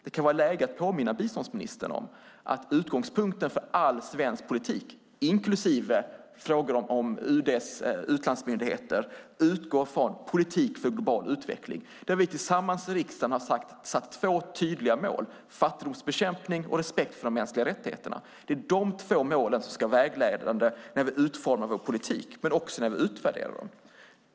Det kan vara läge att påminna biståndsministern om att utgångspunkten för all svensk politik, inklusive frågor om UD:s utlandsmyndigheter, är politik för global utveckling där vi tillsammans i riksdagen har satt två tydliga mål, fattigdomsbekämpning och respekt för de mänskliga rättigheterna. Det är dessa två mål som ska vara vägledande när vi utformar vår politik, men också när vi utvärderar den.